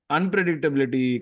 Unpredictability